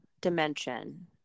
dimension